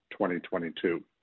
2022